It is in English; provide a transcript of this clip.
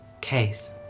Case